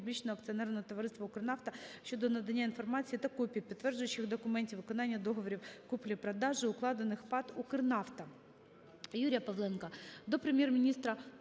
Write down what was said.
Публічного акціонерного товариства "Укрнафта" щодо надання інформації та копій підтверджуючих документів виконання договорів купівлі-продажу, укладених ПАТ "Укрнафта".